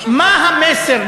מה המסר?